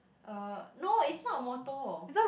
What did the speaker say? uh no it's not motor